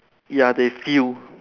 ya they feel